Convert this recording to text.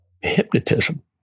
hypnotism